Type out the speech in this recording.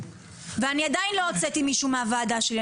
ואני עדיין לא הוצאתי מישהו מהוועדה שלי.